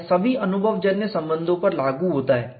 यह सभी अनुभवजन्य संबंधों पर लागू होता है